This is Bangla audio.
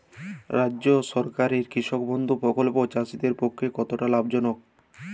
রাজ্য সরকারের কৃষক বন্ধু প্রকল্প চাষীদের পক্ষে কতটা লাভজনক?